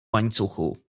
łańcuchu